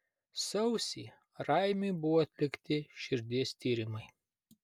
sausį raimiui buvo atlikti širdies tyrimai